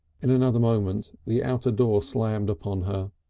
in another moment the outer door slammed upon her.